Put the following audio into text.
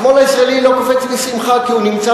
השמאל הישראלי לא קופץ משמחה כי הוא נמצא